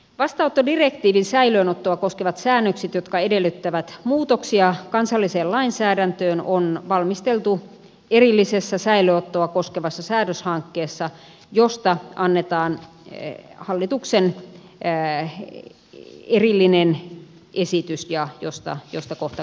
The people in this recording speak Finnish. vastaanottodirektiivin säilöönottoa koskevat säännökset jotka edellyttävät muutoksia kansalliseen lainsäädäntöön on valmisteltu erillisessä säilöönottoa koskevassa säädöshankkeessa josta annetaan hallituksen erillinen esitys ja josta kohta käydään keskustelua